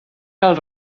cal